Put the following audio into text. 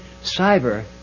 cyber